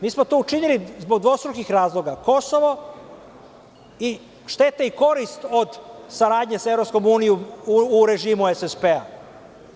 Mi smo to učinili zbog dvostrukih razloga, Kosovo, i štete i korist od saradnje sa EU u režimu SSP-a.